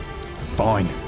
Fine